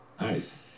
Nice